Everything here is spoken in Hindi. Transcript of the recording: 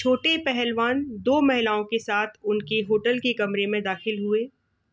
छोटे पहलवान दो महिलाओं के साथ उनके होटल के कमरे में दाखिल हुए